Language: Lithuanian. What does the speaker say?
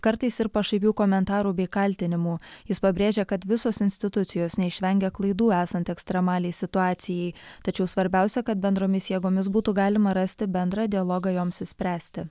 kartais ir pašaipių komentarų bei kaltinimų jis pabrėžė kad visos institucijos neišvengia klaidų esant ekstremaliai situacijai tačiau svarbiausia kad bendromis jėgomis būtų galima rasti bendrą dialogą joms išspręsti